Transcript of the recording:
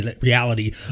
reality